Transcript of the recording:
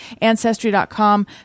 Ancestry.com